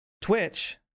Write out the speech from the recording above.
Twitch